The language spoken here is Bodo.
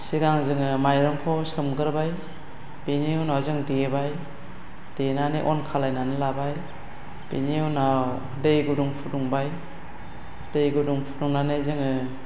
सिगां जोंङो माइरंखौ सोमग्रोबाय बेनि उनाव जों देबाय देनानै अन खालामनानै लाबाय बेनि उनाव दै गुदुं फुदुंबाय दै गुदुं फुदुंनानै जोंङो